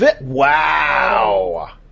Wow